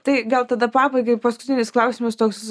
tai gal tada pabaigai paskutinis klausimas toks